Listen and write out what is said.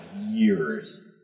years